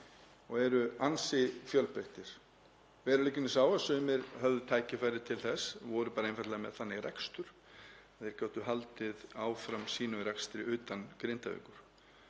og eru ansi fjölbreyttir. Veruleikinn er sá að sumir höfðu tækifæri til þess, voru bara einfaldlega með þannig rekstur að þeir gátu haldið áfram sínum rekstri utan Grindavíkur.